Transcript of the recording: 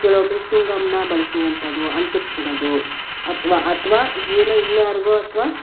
ಕೆಲವೊಮ್ಮೆ ಚುಂಗಮ್ನ ಬಳಸುವಂಥದು ಅಂಟುಸ್ಕೊಡೋದು ಅಥ್ವಾ ಅಥ್ವಾ ಏನೋ ಇನ್ಯಾರಿಗೋ ಅಥ್ವಾ